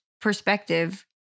perspective